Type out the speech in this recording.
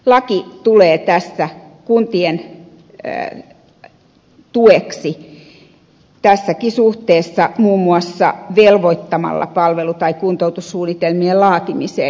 laki tulee kuntien tueksi tässäkin suhteessa muun muassa velvoittamalla palvelu tai kuntoutussuunnitelmien laatimiseen